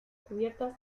cubiertas